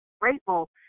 grateful